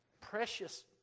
precious